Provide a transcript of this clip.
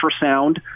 ultrasound